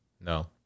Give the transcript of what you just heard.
no